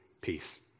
peace